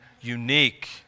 unique